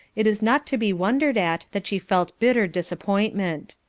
it is not to be wondered at that she felt bitter disappointment.